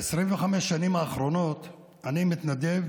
ב-25 השנים האחרונות אני מתנדב